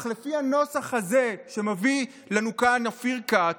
אך לפי הנוסח הזה שמביא לנו כאן אופיר כץ,